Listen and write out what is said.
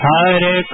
Hare